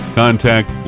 contact